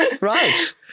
Right